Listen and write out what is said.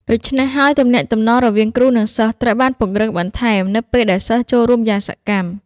ដូច្នេះហើយទំនាក់ទំនងរវាងគ្រូនិងសិស្សត្រូវបានពង្រឹងបន្ថែម នៅពេលដែលសិស្សចូលរួមយ៉ាងសកម្ម។